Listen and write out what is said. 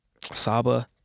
Saba